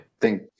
Thank